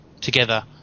together